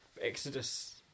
Exodus